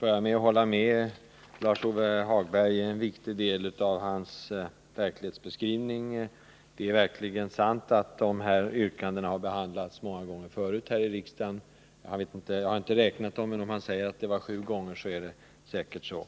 börja med att hålla med Lars-Ove Hagberg i en viktig del av hans verklighetsbeskrivning. Det är verkligen sant att dessa yrkanden har behandlats många gånger förut här i riksdagen. Jag har inte räknat gångerna, men om Lars-Ove Hagberg säger att det är sju gånger så är det säkert så.